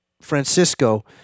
Francisco